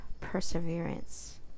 perseverance